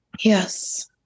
Yes